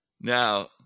Now